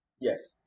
Yes